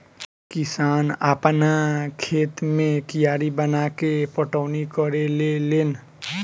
किसान आपना खेत मे कियारी बनाके पटौनी करेले लेन